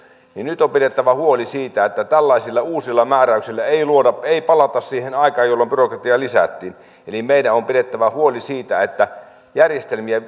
niin nyt on pidettävä huoli siitä että tällaisilla uusilla määräyksillä ei palata siihen aikaan jolloin byrokratiaa lisättiin eli meidän on pidettävä huoli siitä että järjestelmiä